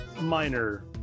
minor